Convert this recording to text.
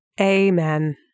Amen